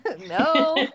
no